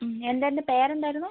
എന്തായിരുന്നു പേരെന്തായിരുന്നു